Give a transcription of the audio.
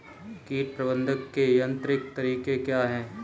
कीट प्रबंधक के यांत्रिक तरीके क्या हैं?